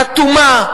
אטומה,